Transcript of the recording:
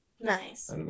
Nice